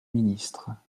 ministre